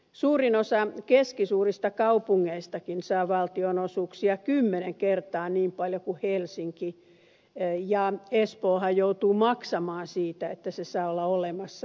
suurin osa keskisuurista kaupungeistakin saa valtionosuuksia kymmenen kertaa niin paljon kuin helsinki ja espoohan joutuu maksamaan siitä että se saa olla olemassa